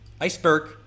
Iceberg